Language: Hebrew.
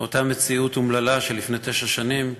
מאותה מציאות אומללה של לפני תשע שנים,